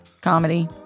comedy